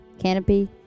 canopy